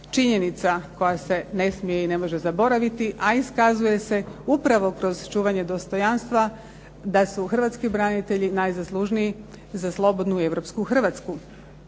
činjenica koja se ne smije i ne može zaboraviti a iskazuje se upravo kroz čuvanje dostojanstva da su hrvatski branitelji najzaslužniji za slobodu i europsku Hrvatsku.